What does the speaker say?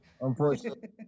Unfortunately